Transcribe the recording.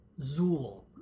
Zool